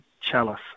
chalice